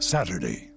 Saturday